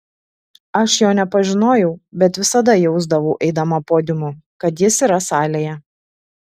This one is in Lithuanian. aš jo nepažinojau bet visada jausdavau eidama podiumu kad jis yra salėje